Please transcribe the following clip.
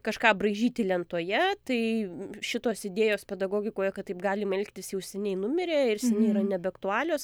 kažką braižyti lentoje tai šitos idėjos pedagogikoje kad taip galim elgtis jau seniai numirė ir seniai yra nebeaktualios